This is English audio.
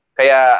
kaya